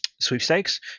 sweepstakes